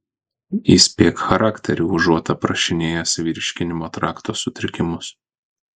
įspėk charakterį užuot aprašinėjęs virškinimo trakto sutrikimus